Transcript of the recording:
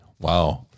Wow